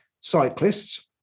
cyclists